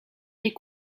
est